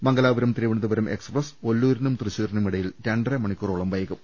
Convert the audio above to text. Mangalapuram Thiruvananthapuram express ഒല്ലൂരിനും തൃശ്ശൂരിനുമിടയിൽ രണ്ടര മണിക്കൂറോളം വൈകും